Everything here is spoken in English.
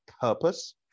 purpose